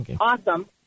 awesome